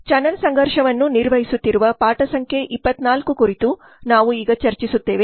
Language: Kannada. ಚಾನಲ್ ಸಂಘರ್ಷವನ್ನು ನಿರ್ವಹಿಸುತ್ತಿರುವ ಪಾಠ ಸಂಖ್ಯೆ 24 ಕುರಿತು ನಾವು ಈಗ ಚರ್ಚಿಸುತ್ತೇವೆ